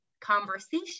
conversation